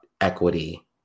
equity